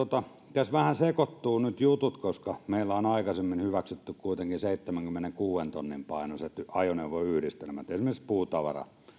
nyt vähän sekoittuvat meillä on aikaisemmin hyväksytty kuitenkin seitsemänkymmenenkuuden tonnin painoiset ajoneuvoyhdistelmät esimerkiksi puutavararekat